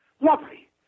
Lovely